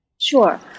Sure